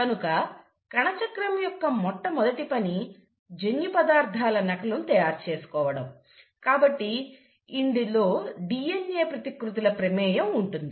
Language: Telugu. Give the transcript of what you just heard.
కనుక కణచక్రం యొక్క మొట్టమొదటి పని జన్యు పదార్థాల నకలును తయారు చేసుకోవడం కాబట్టి ఇందులో DNA ప్రతి కృతుల ప్రమేయం ఉంటుంది